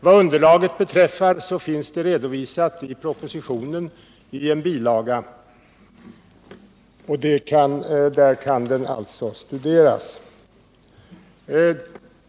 Vad underlaget beträffar finns det redovisat i en bilaga till propositionen. Där kan det alltså studeras.